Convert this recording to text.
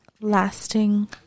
lasting